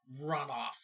runoff